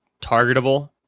targetable